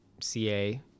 CA